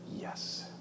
Yes